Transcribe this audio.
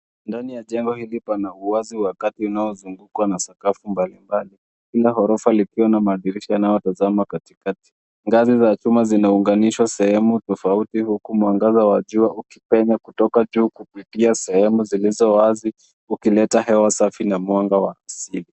Ndani ya jengo hili pana uwazi wa kati unaozungukwa na sakafu mbali mbali. Kila orofa ikiwa na dirisha inayotazama katikati. Ngazi za chuma zimeunganishwa sehemu tofauti huku mwangaza wa jua ukipenya kutoka juu kupitia sehemu zilizo wazi ukileta hewa safi na mwanga wa asili.